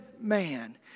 man